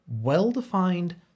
well-defined